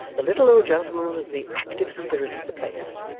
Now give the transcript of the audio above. the little old gentleman was the active spirit of the place,